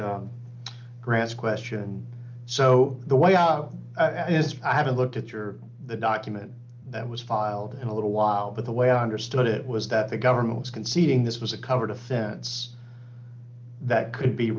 grass question so the way out i haven't looked at your the document that was filed in a little while but the way i understood it was that the government was conceding this was a covered offense that could be